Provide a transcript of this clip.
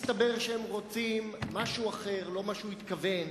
מסתבר שהם רוצים משהו אחר, לא מה שהוא התכוון.